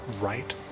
right